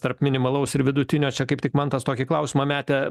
tarp minimalaus ir vidutinio čia kaip tik mantas tokį klausimą metė